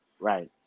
right